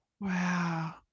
Wow